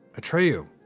Atreyu